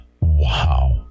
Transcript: Wow